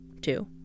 two